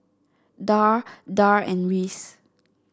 Darl Darl and Reese